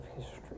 history